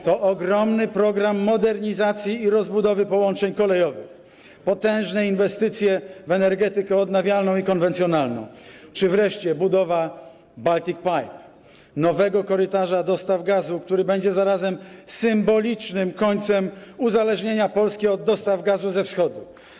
To ogromny program modernizacji i rozbudowy połączeń kolejowych, potężne inwestycje w energetykę odnawialną i konwencjonalną czy wreszcie budowa Baltic Pipe - nowego korytarza dostaw gazu, który będzie zarazem symbolicznym końcem uzależnienia Polski od dostaw gazu ze Wschodu.